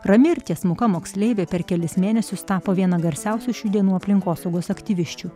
rami ir tiesmuka moksleivė per kelis mėnesius tapo viena garsiausių šių dienų aplinkosaugos aktyvisčių